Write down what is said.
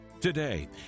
Today